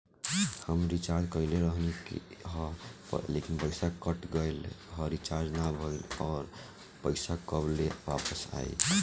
हम रीचार्ज कईले रहनी ह लेकिन पईसा कट गएल ह रीचार्ज ना भइल ह और पईसा कब ले आईवापस?